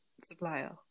supplier